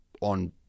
On